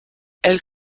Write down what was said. elle